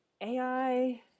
AI